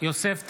יוסף טייב,